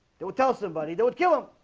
it would tell us somebody they would kill him,